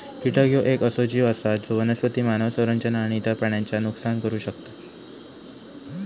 कीटक ह्यो येक असो जीव आसा जो वनस्पती, मानव संरचना आणि इतर प्राण्यांचा नुकसान करू शकता